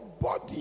body